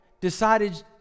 decided